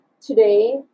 today